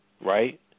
right